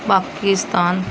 Pakistan